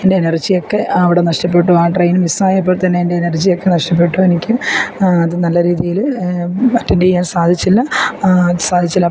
എൻ്റെ എനർജി ഒക്കെ അവിടെ നഷ്ടപ്പെട്ടു ആ ട്രെയിൻ മിസ്സ് ആയപ്പോൾ തന്നെ എൻ്റെ എനർജി ഒക്കെ നഷ്ടപ്പെട്ടു എനിക്ക് അത് നല്ല രീതിയിൽ അറ്റൻഡ് ചെയ്യാൻ സാധിച്ചില്ല സാധിച്ചില്ല